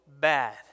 bad